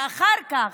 ואחר כך,